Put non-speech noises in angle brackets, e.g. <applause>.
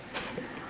<laughs>